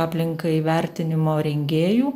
aplinkai vertinimo rengėjų